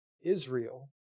Israel